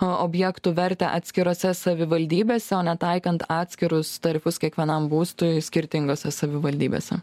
objektų vertę atskirose savivaldybėse o ne taikant atskirus tarifus kiekvienam būstui skirtingose savivaldybėse